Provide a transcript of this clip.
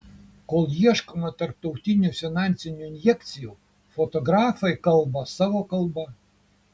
kol ieškoma tarptautinių finansinių injekcijų fotografai kalba savo kalba